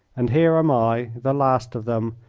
and here am i, the last of them,